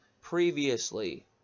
previously